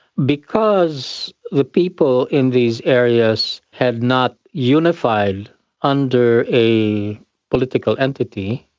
because the people in these areas had not unified under a political entity,